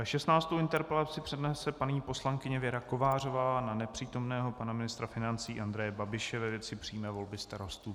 Šestnáctou interpelaci přednese paní poslankyně Věra Kovářová na nepřítomného pana ministra financí Andreje Babiše ve věci přímé volby starostů.